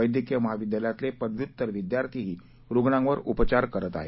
वैद्यकीय महाविद्यालयातले पदव्युत्तर विद्यार्थीही रुग्णांवर उपचार करत आहेत